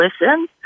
listen